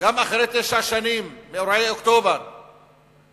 שגם אחרי תשע שנים מאירועי אוקטובר 2000,